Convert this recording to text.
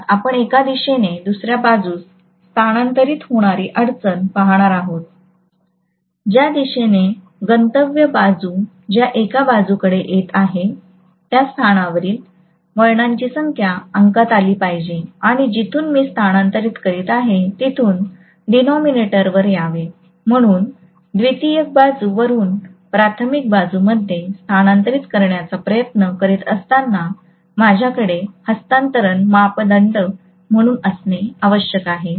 मुळात आपण एका दिशेने दुसर्या बाजूस स्थानांतरित होणारी अडचण पहात आहोत ज्या दिशेने गंतव्य बाजू ज्या एका बाजूकडे येत आहे त्या स्थानावरील वळणाची संख्या अंकात आली पाहिजे आणि जिथून मी स्थानांतरित करत आहे तेथून डिनॉमिनेटर वर यावे म्हणून द्वितीयक बाजू वरुन प्राथमिक बाजू मध्ये स्थानांतरित करण्याचा प्रयत्न करीत असताना माझ्याकडे हस्तांतरण मापदंड म्हणून असणे आवश्यक आहे